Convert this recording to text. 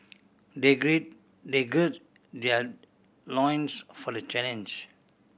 they they gird their loins for the challenge